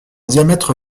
diamètre